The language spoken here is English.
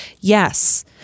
Yes